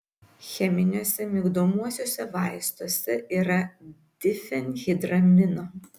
cheminiuose migdomuosiuose vaistuose yra difenhidramino